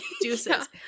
Deuces